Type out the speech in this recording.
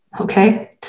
okay